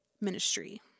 ministry